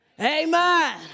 Amen